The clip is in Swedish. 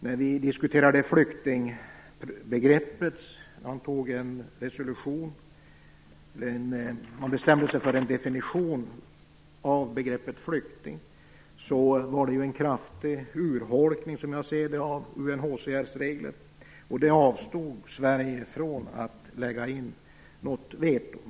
När vi diskuterade flyktingbegreppet, och en resolution antogs om detta där man bestämde sig för en definition av begreppet flykting, innebar det som jag ser det en kraftig urholkning av UNHCR:s regler. Sverige avstod från att lägga in veto.